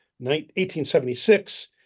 1876